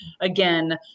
again